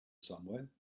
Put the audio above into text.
somewhere